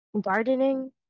gardening